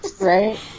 right